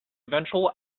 eventual